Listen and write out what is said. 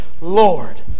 Lord